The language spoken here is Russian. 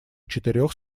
четырех